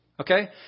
Okay